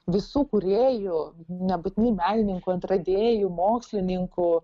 visų kūrėjų nebūtinai menininkų atradėjų mokslininkų